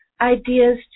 ideas